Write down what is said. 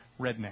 redneck